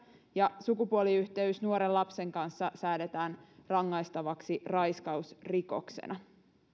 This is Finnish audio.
ja sukupuoliyhteys nuoren lapsen kanssa säädetään rangaistavaksi raiskausrikoksena